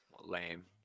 Lame